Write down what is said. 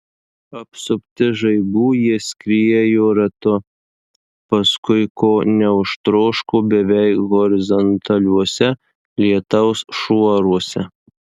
apsupti žaibų jie skriejo ratu paskui ko neužtroško beveik horizontaliuose lietaus šuoruose